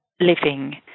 living